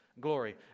glory